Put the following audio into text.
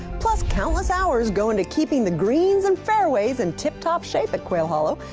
plus, countless hours go into keeping the greens and fairways in tip top shape at quail hollow.